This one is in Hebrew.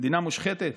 למדינה מושחתת?